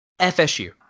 FSU